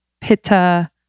pitta